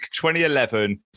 2011